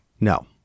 No